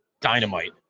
dynamite